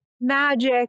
magic